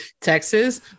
texas